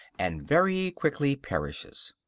and very quickly perishes.